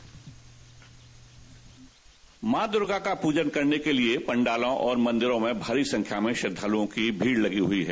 dispatch मां दूर्गा का पूजन करने के लिए पंडालों और मंदिरों में भारी संख्या में श्रद्वालुओं की भीड़ लगी हुई है